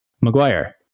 Maguire